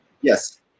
Yes